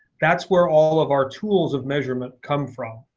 that's where all of our tools of measurement come from.